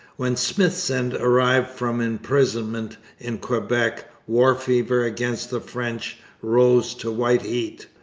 when smithsend arrived from imprisonment in quebec, war fever against the french rose to white-heat.